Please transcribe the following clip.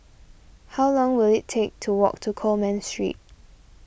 how long will it take to walk to Coleman Street